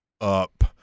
Up